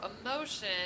emotion